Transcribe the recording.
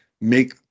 make